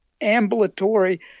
ambulatory